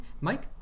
Mike